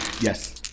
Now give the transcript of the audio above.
Yes